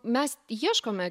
mes ieškome